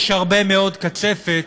יש הרבה מאוד קצפת